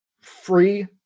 free